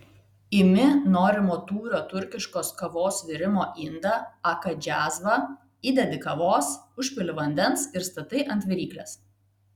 imi norimo tūrio turkiškos kavos virimo indą aka džiazvą įdedi kavos užpili vandens ir statai ant viryklės